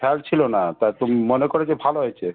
খেয়াল ছিলো না তা তুমি মনে করেছো ভালো হয়েছে